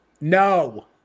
No